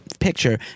picture